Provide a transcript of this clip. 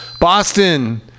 Boston